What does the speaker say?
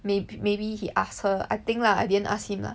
mayb~ maybe he ask her I think lah I didn't ask him lah